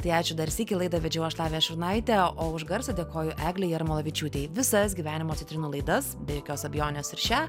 tai ačiū dar sykį laidą vedžiau aš lavija šurnaitė o už garsą dėkoju eglei jarmalavičiūtei visas gyvenimo citrinų laidas be jokios abejonės ir šią